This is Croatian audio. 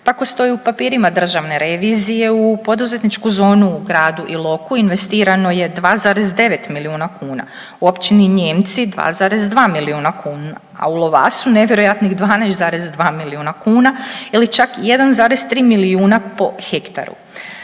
Tako stoji u papirima Državne revizije u poduzetničku zonu u gradu Iloku investirano je 2,9 milijuna kuna. Općini Nijemci 2,2 milijuna kuna, a u Lovasu nevjerojatnih 12,2 milijuna kuna ili čak 1,3 milijuna po hektaru.